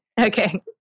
Okay